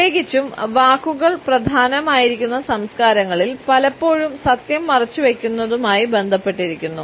പ്രത്യേകിച്ചും വാക്കുകൾ പ്രധാനമായിരിക്കുന്ന സംസ്കാരങ്ങളിൽ പലപ്പോഴും സത്യം മറച്ചുവെക്കുന്നതുമായി ബന്ധപ്പെട്ടിരിക്കുന്നു